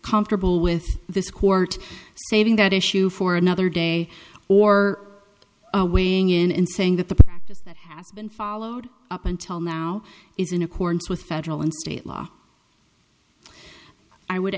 comfortable with this court stating that issue for another day or weighing in and saying that the practice has been followed up until now is in accordance with federal and state law i would